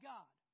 God